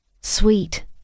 Sweet